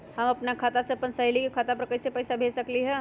हम अपना खाता से अपन सहेली के खाता पर कइसे पैसा भेज सकली ह?